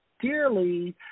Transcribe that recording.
dearly